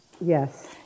Yes